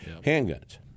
handguns